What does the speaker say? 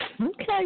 Okay